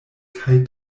kaj